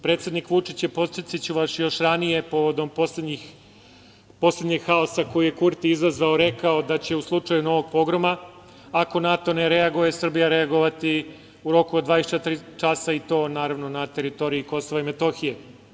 Predsednik Vučić je, podsetiću, još ranije, povodom poslednjeg haosa koji je Kurti izazvao, rekao da će u slučaju novog pogroma, ako NATO ne reaguje, Srbija reagovati u roku od 24 časa, i to na teritoriji Kosova i Metohije.